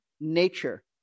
nature